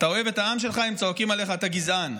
אתה אוהב את העם שלך, הם צועקים עליך: אתה גזען.